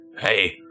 Hey